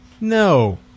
No